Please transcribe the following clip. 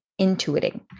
intuiting